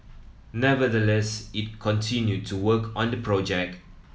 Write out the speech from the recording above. nevertheless it continued to work on the project